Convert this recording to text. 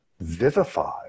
vivify